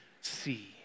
see